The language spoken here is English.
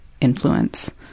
influence